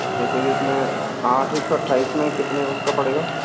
जैसे की इसमें आठ एक सौ अट्ठाईस में कितने उसका पड़ेगा